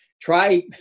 try